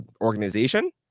organization